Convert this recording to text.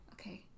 Okay